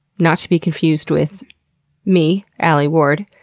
not to be confused with me, alie ward,